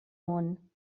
món